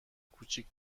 کوچیک